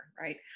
right